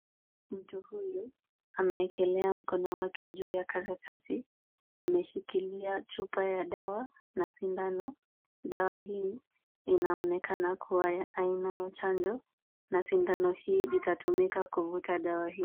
Mtu huyu amewekelea mkono wake juu ya karatasi. Ameshikilia chupa ya dawa na sindano. Dawa hii inaonekana kuwa aina ya chanjo na sindano hii itatumika kuvuta dawa hiyo.